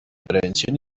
prevención